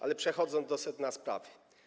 Ale przechodzę do sedna sprawy.